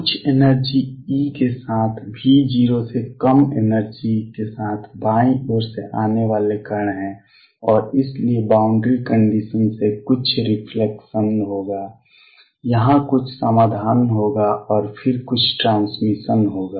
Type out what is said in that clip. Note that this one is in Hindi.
कुछ एनर्जी E के साथ V 0 से कम एनर्जी के साथ बाईं ओर से आने वाले कण हैं और इसलिए बाउंड्री कंडीशंस से कुछ रिफ्लेक्शन होगा यहां कुछ समाधान होगा और फिर कुछ ट्रांसमिशन होगा